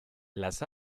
las